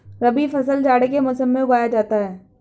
रबी फसल जाड़े के मौसम में उगाया जाता है